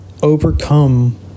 overcome